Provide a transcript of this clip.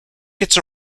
gets